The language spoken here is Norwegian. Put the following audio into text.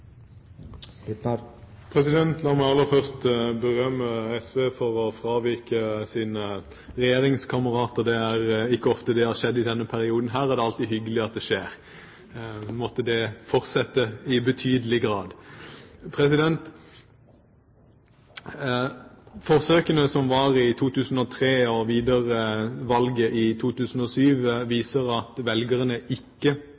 La meg aller først berømme SV for å fravike sine regjeringskamerater. Det er ikke ofte det har skjedd i denne perioden, og det er alltid hyggelig at det skjer. Måtte det fortsette i betydelig grad! Forsøkene som var i 2003 og videre ved valget i 2007, viste at velgerne ikke